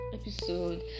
episode